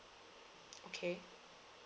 okay